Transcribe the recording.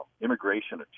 immigration